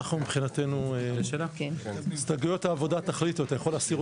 תחליט לגבי ההסתייגויות של העבודה; אתה יכול להסיר אותן.